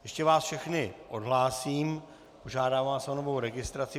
Ještě vás všechny odhlásím a požádám vás o novou registraci.